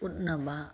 ꯎꯠꯅꯕ